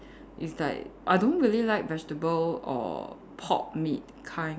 it's like I don't really like vegetable or pork meat kind